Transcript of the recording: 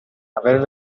aver